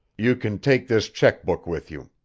you can take this check-book with you.